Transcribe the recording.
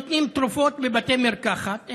הם נותנים תרופות בבתי מרקחת,